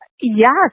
Yes